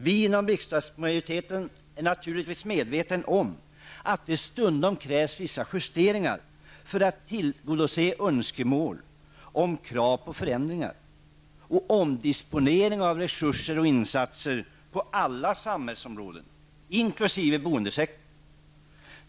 Vi inom riksdagsmajoriteten är naturligtvis medvetna om att det stundom krävs vissa justeringar för att man skall kunna tillgodose önskemål om krav på förändringar och omdisponering av resurser och insatser på alla samhällsområden, inkl. bostadssektorn.